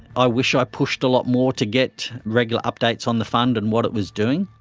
i wish i pushed a lot more to get regular updates on the fund and what it was doing.